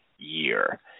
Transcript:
year